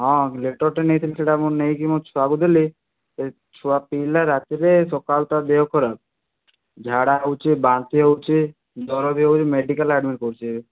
ହଁ ଲିଟର୍ଟେ ନେଇଥିଲି ସେଇଟା ମୁଁ ନେଇକି ମୋ ଛୁଆକୁ ଦେଲି ଛୁଆ ପିଇଲା ରାତିରେ ସକାଳୁ ତା ଦେହ ଖରାପ ଝାଡ଼ା ହେଉଛି ବାନ୍ତି ହେଉଛି ଜ୍ୱର ବି ହେଉଛି ମେଡ଼ିକାଲରେ ଆଡ଼୍ମିଟ୍ କରିଛି ଏବେ